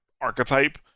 archetype